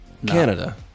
Canada